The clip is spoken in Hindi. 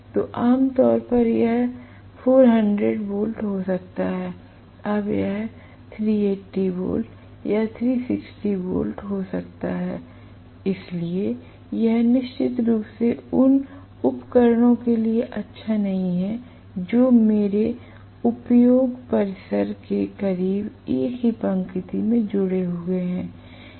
तो आम तौर पर यह 400 वोल्ट हो सकता है अब यह 380 वोल्ट या 360 वोल्ट हो सकता है इसलिए यह निश्चित रूप से उन उपकरणों के लिए अच्छा नहीं है जो मेरे उद्योग परिसर के करीब एक ही पंक्ति में जुड़े हुए हैं